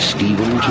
Stephen